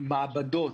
ליום --- מעבדות,